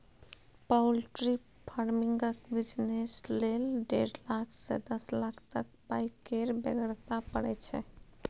poultry फार्मिंगक business लेल डेढ़ लाख सँ दस लाख तक पाइ केर बेगरता परय छै